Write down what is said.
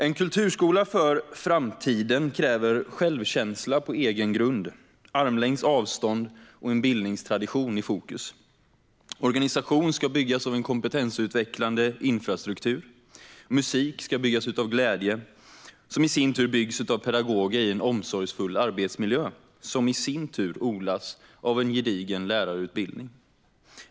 En kulturskola för framtiden kräver självkänsla på egen grund, armlängds avstånd och en bildningstradition i fokus. Organisation ska byggas av en kompetensutvecklande infrastruktur. Musik ska byggas utav glädje, som i sin tur byggs av pedagoger i en omsorgsfull arbetsmiljö, vilken i sin tur odlas av en gedigen lärarutbildning.